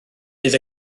bydd